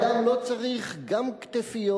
אדם לא צריך גם כתפיות,